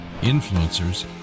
influencers